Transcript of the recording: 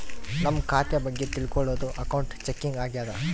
ನಮ್ ಖಾತೆ ಬಗ್ಗೆ ತಿಲ್ಕೊಳೋದು ಅಕೌಂಟ್ ಚೆಕಿಂಗ್ ಆಗ್ಯಾದ